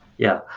yeah.